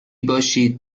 باشید